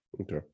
Okay